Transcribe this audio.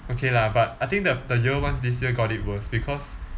okay lah but I think the the year ones this year got it worse because